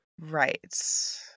right